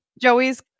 Joey's